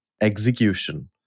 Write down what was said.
execution